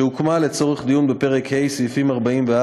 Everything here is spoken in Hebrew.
שהוקמה לצורך דיון בפרק ה', סעיפים 44,